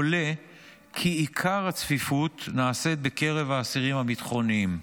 עולה כי עיקר הצפיפות היא בקרב האסירים הביטחוניים.